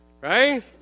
Right